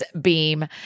Beam